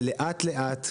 ולאט לאט,